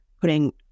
putting